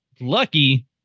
lucky